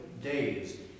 days